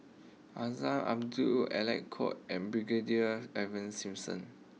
Azman Abdullah Alec Kuok and Brigadier Ivan Simson